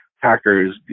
hackers